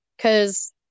Cause